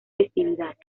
festividad